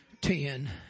Ten